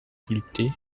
volupté